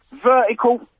Vertical